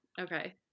okay